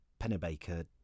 Pennebaker